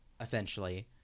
essentially